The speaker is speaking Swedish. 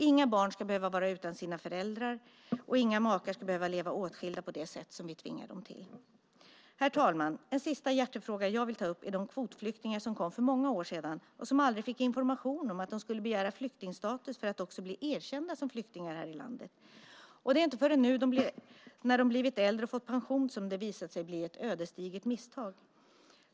Inga barn ska behöva vara utan sin ena förälder, och inga makar ska behöva leva åtskilda på det sätt som vi tvingar dem till. Herr talman! En sista hjärtefråga jag vill ta upp är de kvotflyktingar som kom för många år sedan och som aldrig fick information om att de skulle begära flyktingstatus för att också bli erkända som flyktingar här i landet. Det är inte förrän de nu blivit äldre och fått pension som det visat sig bli ett ödesdigert misstag.